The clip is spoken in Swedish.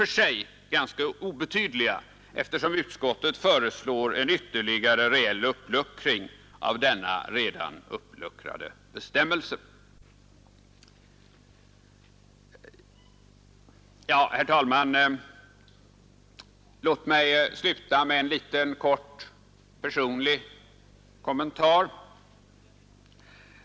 Ett yrkande om bifall till motionen 62 under denna punkt sammanfaller med ett yrkande om bifall till reservationen 2. Herr talman! Låt mig sluta med en liten kort personlig kommentar.